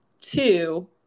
two